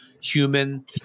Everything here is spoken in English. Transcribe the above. human